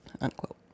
unquote